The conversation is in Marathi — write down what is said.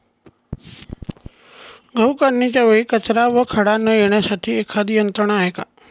गहू काढणीच्या वेळी कचरा व खडा न येण्यासाठी एखादी यंत्रणा आहे का?